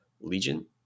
Legion